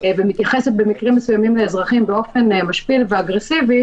ומתייחסת במקרים מסוימים לאזרחים באופן משפיל ואגרסיבי,